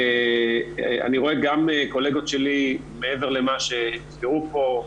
ואני רואה גם קולגות שלי מעבר למה שתראו פה,